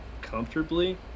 comfortably